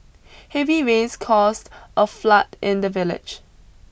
heavy rains caused a flood in the village